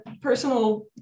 personal